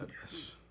Yes